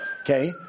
Okay